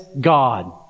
God